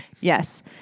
Yes